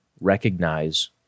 recognize